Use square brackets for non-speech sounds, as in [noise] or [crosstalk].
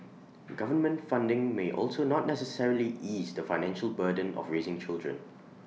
[noise] government funding may also not necessarily ease the financial burden of raising children